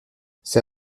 ses